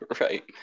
Right